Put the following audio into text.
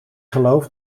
geloof